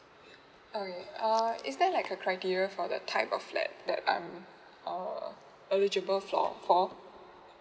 oh yeuh uh is there like a criteria for the type of like um or would you go floor or